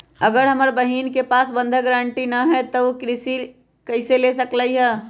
अगर हमर बहिन के पास बंधक गरान्टी न हई त उ कृषि ऋण कईसे ले सकलई ह?